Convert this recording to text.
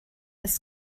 ist